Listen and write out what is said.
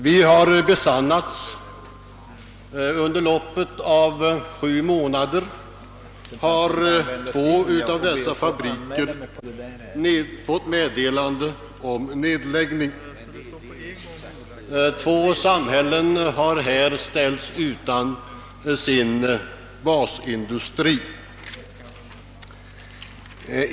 Våra farhågor har besannats, Under loppet av sju månader har två av dessa fabriker fått meddelande om nedläggning. Två samhällen har här ställts utan sin basindustri.